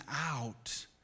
out